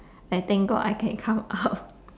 I thank God I can come out